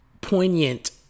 poignant